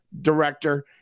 director